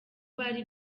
bari